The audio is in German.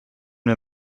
wir